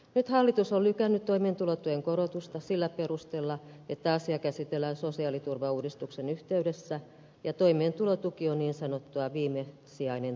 nyt hallitus on lykännyt toimeentulotuen korotusta sillä perusteella että asia käsitellään sosiaaliturvauudistuksen yhteydessä ja toimeentulotuki on niin sanottu viimesijainen tukimuoto